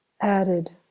added